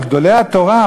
על גדולי התורה,